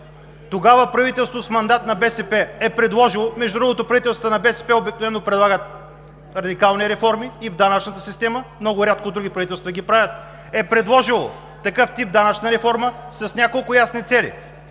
Тогава правителството с мандат на БСП е предложило – между другото, правителствата на БСП обикновено предлагат радикални реформи и в данъчната система, много рядко други правителства ги правят, е предложило такъв тип данъчна реформа с няколко ясни цели: